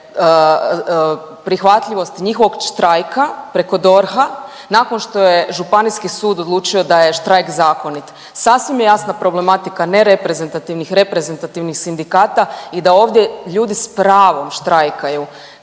prihvatljivosti njihovog štrajka preko DORH-a nakon što je županijski sud odlučio da je štrajk zakonit. Sasvim je jasna problematika nereprezentativnih i reprezentativnih sindikata i da ovdje ljudi s pravom štrajkaju.